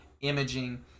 imaging